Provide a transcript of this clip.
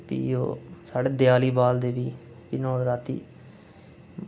ते भी ओह् साढ़े देआली बालदे भी ओह् ते भी नुहाड़े बाद भी